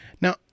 Now